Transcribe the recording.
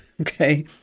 okay